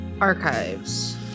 Archives